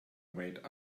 wait